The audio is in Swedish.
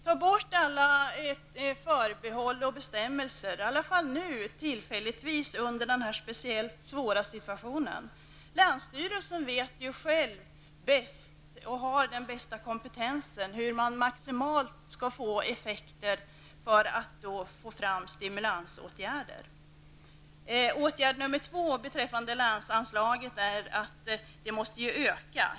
Ta bort alla förbehåll och bestämmelser, i alla fall tillfälligt i den här speciellt svåra situationen. Länsstyrelsen vet själv bäst, och har den bästa kompetensen, hur man skall få maximal effekt och få fram stimulansåtgärder. Den andra åtgärden är att länsanslaget måste öka.